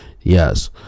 yes